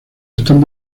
están